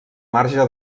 marge